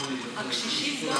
גם הקשישים.